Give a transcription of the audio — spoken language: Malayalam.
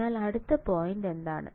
അതിനാൽ അടുത്ത പോയിന്റ് എന്താണ്